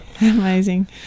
amazing